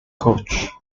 koch